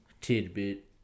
Tidbit